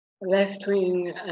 left-wing